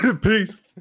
peace